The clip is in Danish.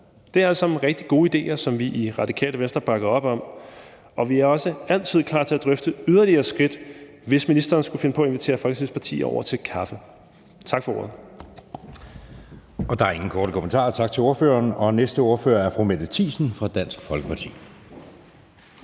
Det er alt sammen rigtig gode idéer, som vi i Radikale Venstre bakker op om, og vi er også altid klar til at drøfte yderligere skridt, hvis ministeren skulle finde på at invitere Folketingets partier over til kaffe. Tak for ordet. Kl. 19:08 Anden næstformand (Jeppe Søe): Der er ingen korte bemærkninger, så tak til ordføreren. Næste ordfører er fru Mette Thiesen fra Dansk Folkeparti.